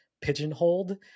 pigeonholed